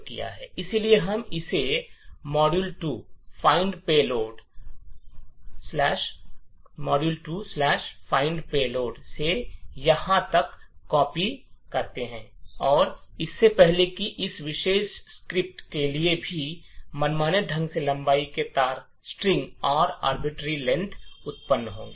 इसलिए हम इसे module 2find payload module 2find payload से यहां तक कॉपी करते हैं और इससे पहले कि इस विशेष लिपि से किसी भी मनमाने ढंग से लंबाई के तार उत्पन्न होंगे